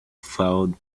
found